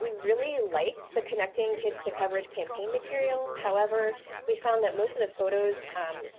we really like the connecting kids to coverage campaign materials, however we found that most of the photos